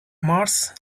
mars